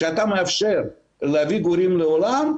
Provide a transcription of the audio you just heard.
שאתה מאפשר להביא גורים לעולם.